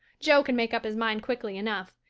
jo can make up his mind quickly enough,